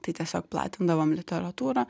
tai tiesiog platindavom literatūrą